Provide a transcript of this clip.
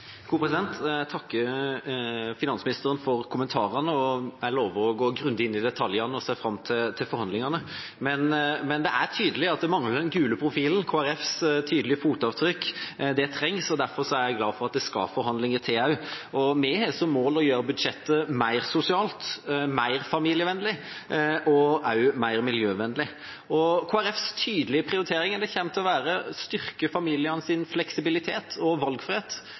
Jeg takker finansministeren for kommentarene. Jeg lover å gå grundig inn i detaljene og ser fram til forhandlingene. Men det er tydelig at det mangler den gule profilen. Kristelig Folkepartis tydelige fotavtrykk trengs, og derfor er jeg glad for at det også skal forhandlinger til. Vi har som mål å gjøre budsjettet mer sosialt, mer familievennlig og også mer miljøvennlig. Kristelig Folkepartis tydelige prioriteringer kommer til å være å styrke familienes fleksibilitet og valgfrihet.